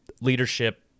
leadership